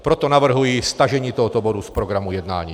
Proto navrhuji stažení tohoto bodu z programu jednání.